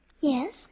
Yes